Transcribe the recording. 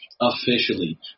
officially